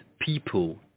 people